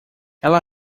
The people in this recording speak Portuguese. ela